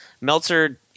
Meltzer